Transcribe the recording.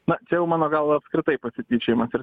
na čia jau mano galva apskritai pasityčiojimas ir